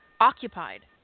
occupied